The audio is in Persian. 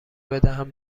بدهم